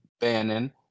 Bannon